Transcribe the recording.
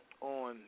on